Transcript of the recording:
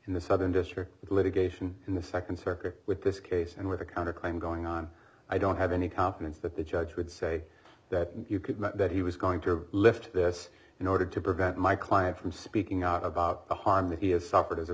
in the southern district litigation in the nd circuit with this case and with the counterclaim going on i don't have any confidence that the judge would say that you could not that he was going to lift this in order to prevent my client from speaking out about the harm that he has suffered as a